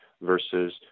versus